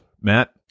Matt